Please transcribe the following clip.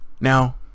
now